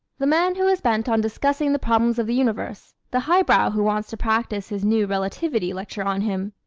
the man who is bent on discussing the problems of the universe, the highbrow who wants to practise his new relativity lecture on him,